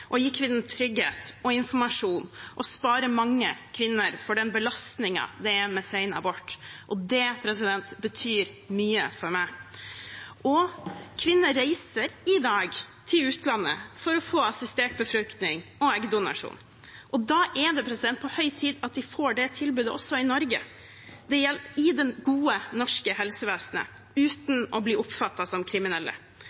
gi kvinnen trygghet og informasjon og spare mange kvinner for den belastningen det er med sen abort. Det betyr mye for meg. Kvinner reiser i dag til utlandet for å få assistert befruktning og eggdonasjon, og da er det på høy tid at de får det tilbudet også i Norge, i det gode norske helsevesenet,